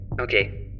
Okay